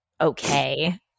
okay